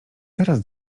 teraz